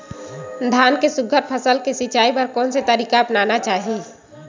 धान के सुघ्घर फसल के सिचाई बर कोन से तरीका अपनाना चाहि?